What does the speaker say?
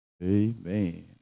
Amen